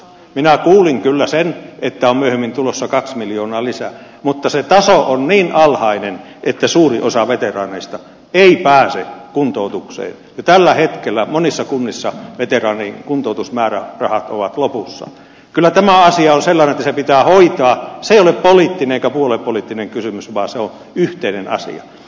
minä kuulin kyllä se että on myöhemmin tulossa kaksi miljoonaa lisää mutta siitä se on niin alhainen että suurin osa veteraaneista ei pääse kuntoutukseen tällä hetkellä monissa kunnissa veteraanien kuntoutusmäärärahat ovat lopussa kyllä tämä asia on selvä se pitää hoitaa siellä poliittinen kohu ole poliittinen kysymys vaan se on yhteinen asia